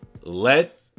Let